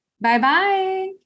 Bye-bye